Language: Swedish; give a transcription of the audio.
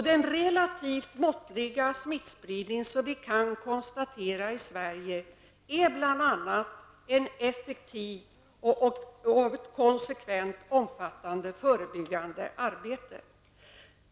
Den relativt måttliga smittspridning som vi kan konstatera i Sverige är bl.a. en effekt av ett konsekvent och omfattande förebyggande arbete.